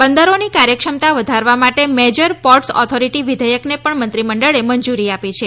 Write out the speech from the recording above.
બંદરોની કાર્યક્ષમતા વધારવા માટે મેજર પોર્ટસ ઓથોરીટી વિધેયકને પણ મંત્રીમંડળે મંજૂરી આપી છે